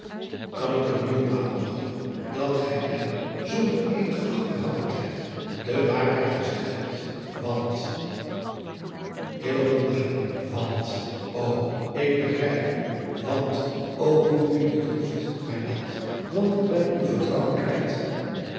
kan ik er nu op aan dochter dat gij mij zonder eenige achterhoudendheid de waarheid gezegd hebt want hillegonda want ô ik begrijp u want ô hoe diep bedroeft mij dat want ik ben uw vertrouwen kwijt